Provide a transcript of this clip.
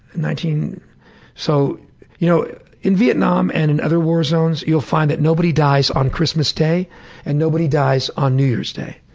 so you know in vietnam and in other war zones you'll find that nobody dies on christmas day and nobody dies on new year's day.